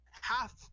half